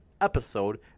episode